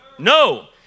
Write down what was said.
No